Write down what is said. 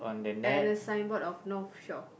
and a signboard of North Shore